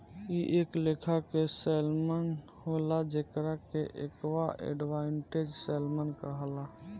इ एक लेखा के सैल्मन होले जेकरा के एक्वा एडवांटेज सैल्मन कहाला